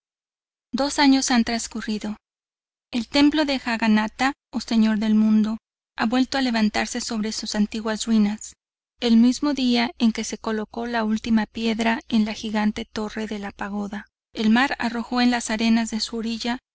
dos años han transcurrido el templo de jaganata o señor del mundo ha vuelto a levantarse sobre sus antiguas ruinas el mismo día en que se coloco la ultima piedra en la gigante torre de la pagoda el mar arrojo en las arenas de su orilla